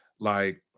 like,